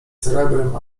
srebrem